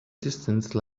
distance